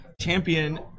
champion